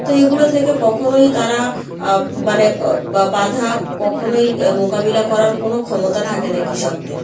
তো এগুলো থেকে কখনোই তারা মানে বাধা কখনোই মোকাবিলা করার কোনো ক্ষমতা থাকে না কৃষকদের